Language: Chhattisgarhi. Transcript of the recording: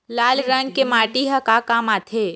लाल रंग के माटी ह का काम आथे?